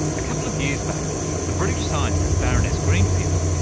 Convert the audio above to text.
a couple of years back the british scientist baroness greenfield,